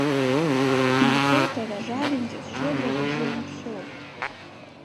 mačiau tave žavintis šiuo drabužiu anksčiau